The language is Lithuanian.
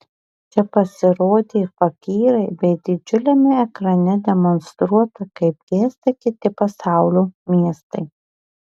čia pasirodė fakyrai bei didžiuliame ekrane demonstruota kaip gęsta kiti pasaulio miestai